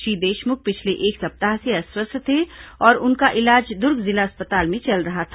श्री देशमुख पिछले एक सप्ताह से अस्वस्थ थे और उनका इलाज दूर्ग जिला अस्पताल में चल रहा था